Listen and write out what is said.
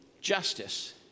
justice